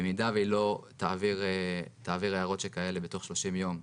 במידה והיא לא תעביר הערות שכאלה בתוך 30 יום,